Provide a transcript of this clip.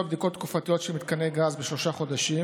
בדיקות תקופתיות של מתקני גז בשלושה חודשים.